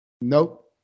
Nope